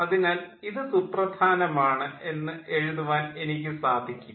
അതിനാൽ ഇത് സുപ്രധാനമാണ് എന്ന് എഴുതുവാൻ എനിക്കു സാധിക്കും